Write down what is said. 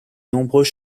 nombreux